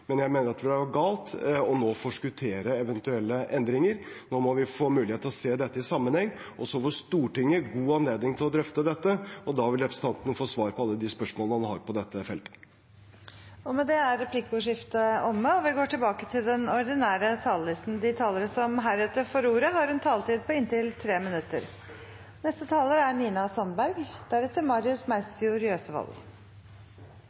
men jeg mener det vil være galt nå å forskuttere eventuelle endringer. Nå må vi få mulighet til å se dette i sammenheng. Stortinget vil få god anledning til å drøfte dette, og da vil representanten få svar på alle spørsmålene han har på dette feltet. Dermed er replikkordskiftet omme. De talere som heretter får ordet, har en taletid på inntil 3 minutter. Jeg er